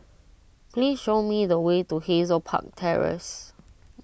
please show me the way to Hazel Park Terrace